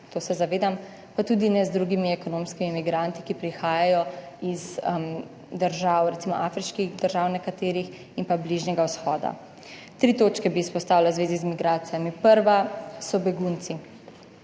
to se zavedam, pa tudi ne z drugimi ekonomskimi migranti, ki prihajajo iz držav, recimo afriških držav, nekaterih in pa Bližnjega vzhoda. Tri točke bi izpostavila v zvezi z migracijami. Prva so begunci.